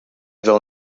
del